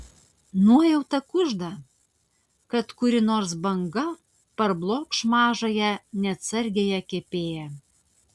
nuojauta kužda kad kuri nors banga parblokš mažąją neatsargiąją kepėją